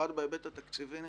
במיוחד בהיבט התקציבי,